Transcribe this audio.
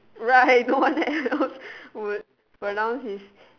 right no one that you know would pronounce his